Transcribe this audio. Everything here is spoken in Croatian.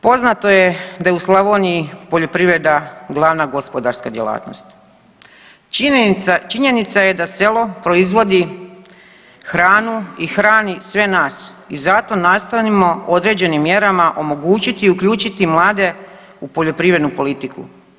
Poznato je da je u Slavoniji poljoprivreda glavna gospodarska djelatnost, činjenica je da se selo proizvodi hranu i hrani sve nas i zato nastojimo određenim mjerama omogućiti i uključiti mlade u poljoprivrednu politiku.